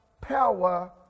Power